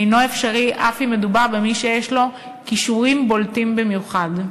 אינו אפשרי אף אם מדובר במי שיש לו כישורים בולטים במיוחד.